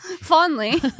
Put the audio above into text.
Fondly